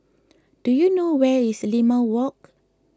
do you know where is Limau Walk